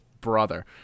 Brother